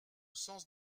sens